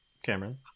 Cameron